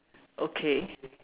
okay